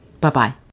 Bye-bye